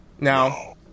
Now